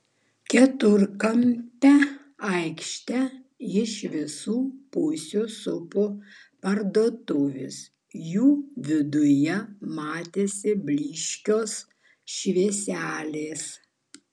keturkampę aikštę iš visų pusių supo parduotuvės jų viduje matėsi blyškios švieselės